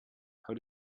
how